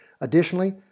Additionally